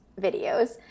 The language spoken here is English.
videos